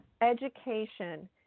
education